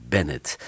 Bennett